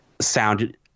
sound